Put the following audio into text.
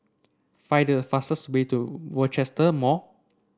find the fastest way to Rochester Mall